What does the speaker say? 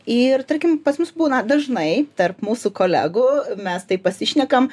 ir tarkim pas mus būna dažnai tarp mūsų kolegų mes tai pasišnekam